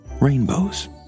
rainbows